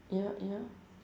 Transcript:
ya ya